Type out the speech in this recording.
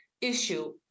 issue